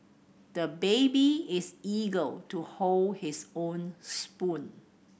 the baby is eager to hold his own spoon